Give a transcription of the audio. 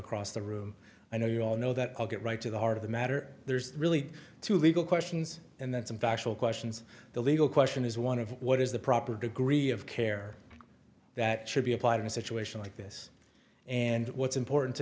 across the room i know you all know that i'll get right to the heart of the matter there's really two legal questions and then some factual questions the legal question is one of what is the proper degree of care that should be applied in a situation like this and what's important to